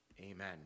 Amen